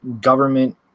government